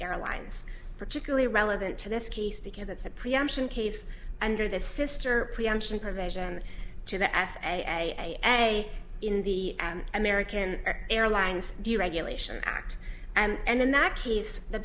airlines particularly relevant to this case because it's a preemption case under the sister preemption provision to the f a a in the end american airlines deregulation act and in that case the